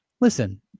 Listen